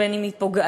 בין שהיא פוגענית